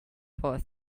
for